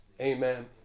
amen